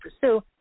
pursue